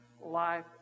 life